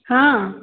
हाँ